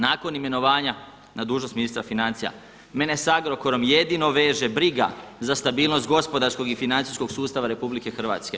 Nakon imenovanja na dužnost ministra financija mene s Agrokorom jedino veže briga za stabilnost gospodarskog i financijskog sustava RH.